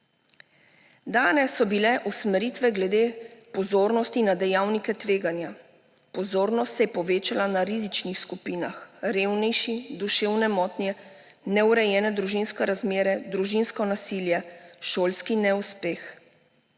Danes so bile usmeritve glede pozornosti na dejavnike tveganja. Pozornost se je povečala na rizičnih skupinah: revnejši, duševne motnje, neurejene družinske razmere, družinsko nasilje, šolski neuspeh.